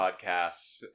podcasts